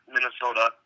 Minnesota